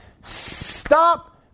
stop